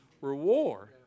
Reward